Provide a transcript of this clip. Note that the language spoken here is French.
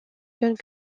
zone